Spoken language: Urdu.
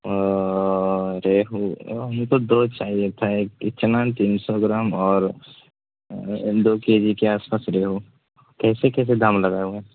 او ریہو ہم کو دو چاہیے تھا ایک اچنن تین سو گرام اور دو کے جی کے آس پاس ریہو کیسے کیسے دام لگاؤگے